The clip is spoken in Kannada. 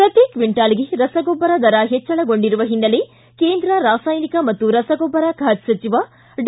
ಪ್ರತಿ ಕ್ಷಿಂಟಾಲ್ಗೆ ರಸಗೊಬ್ಬರ ದರ ಹೆಚ್ವಳಗೊಂಡಿರುವ ಹಿನ್ನೆಲೆ ಕೇಂದ್ರ ರಾಸಾಯನಿಕ ಮತ್ತು ರಸಗೊಬ್ಬರ ಖಾತೆ ಸಚಿವ ಡಿ